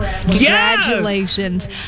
Congratulations